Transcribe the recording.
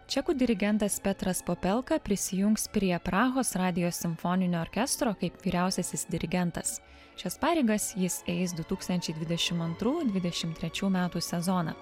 čekų dirigentas petras popelka prisijungs prie prahos radijo simfoninio orkestro kaip vyriausiasis dirigentas šias pareigas jis eis du tūkstančiai dvidešim antrų dvidešim trečių metų sezoną